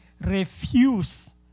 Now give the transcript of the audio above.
refuse